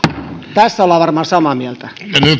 tästä ollaan varmaan samaa mieltä nyt